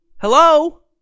Hello